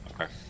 Okay